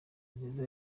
nziza